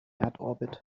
erdorbit